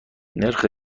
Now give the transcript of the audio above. نرخ